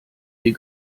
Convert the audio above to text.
sie